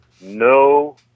no